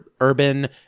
urban